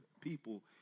people